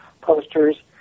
posters